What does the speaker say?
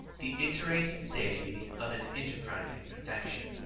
the iterated satiety of an enterprising affection.